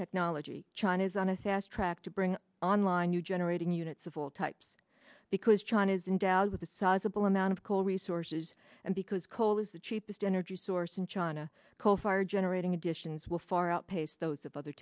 technology china is on a fast track to bring online new generating units of all types because china is in dallas with a sizeable amount of coal resources and because coal is the cheapest energy source in china coal fired generating additions will far outpace those of other